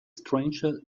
stranger